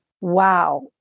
wow